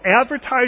advertise